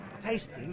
tasty